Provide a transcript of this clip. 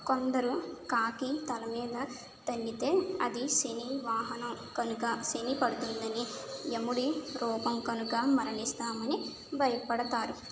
కొందరు కాకి తల మీద తన్నితే అది శని వాహనం కనుక శని పడుతుందని యముడి రూపం కనుక మరణిస్తామని బయపడతారు